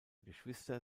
geschwister